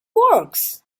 works